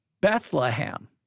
Bethlehem